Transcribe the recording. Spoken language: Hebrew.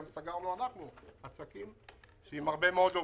גם אנחנו סגרנו עסקים עם הרבה מאוד עובדים,